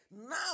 now